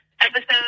episode